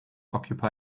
occupy